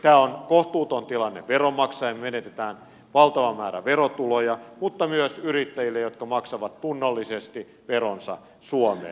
tämä on kohtuuton tilanne veronmaksajille me menetämme valtavan määrän verotuloja mutta myös yrittäjille jotka maksavat tunnollisesti veronsa suomeen